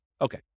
Okay